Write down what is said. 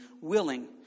willing